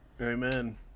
Amen